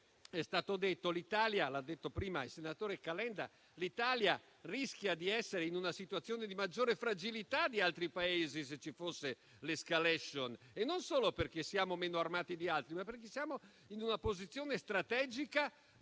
l'Italia rischia di trovarsi in una situazione di maggiore fragilità di altri Paesi, se ci fosse un'*escalation*, non solo perché siamo meno armati di altri, ma perché siamo in una posizione strategica diversa